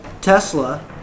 Tesla